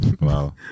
Wow